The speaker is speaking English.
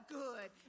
good